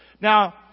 Now